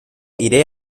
iré